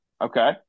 Okay